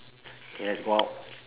K let's go out